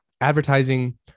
advertising